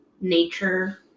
nature